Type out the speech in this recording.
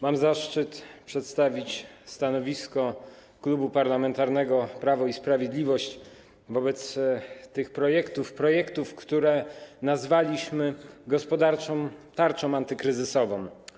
Mam zaszczyt przedstawić stanowisko Klubu Parlamentarnego Prawo i Sprawiedliwość wobec omawianych projektów, które nazwaliśmy gospodarczą tarczą antykryzysową.